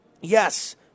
Yes